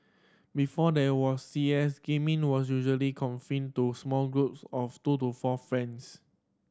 before there was C S gaming was usually confined to small groups of two to four friends